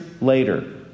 later